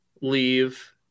leave